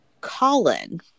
Colin